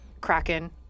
Kraken